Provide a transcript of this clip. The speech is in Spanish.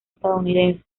estadounidense